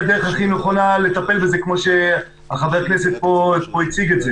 זו הדרך הכי נכונה לטפל בזה כמו שחבר-הכנסת פה הציג זאת.